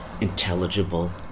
intelligible